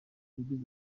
yagize